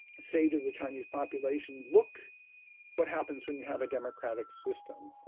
say to the chinese population, look what happens when you have a democratic system.